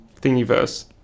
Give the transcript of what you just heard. Thingiverse